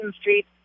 Street